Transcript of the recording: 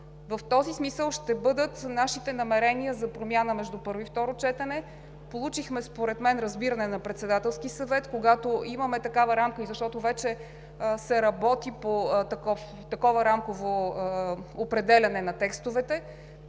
В този смисъл ще бъдат нашите намерения за промяна между първо и второ четене. Според мен получихме разбиране на Председателския съвет, когато имаме такава рамка, защото вече се работи по такова рамково определяне на текстовете,